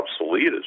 obsolete